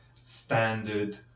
standard